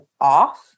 off